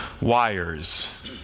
wires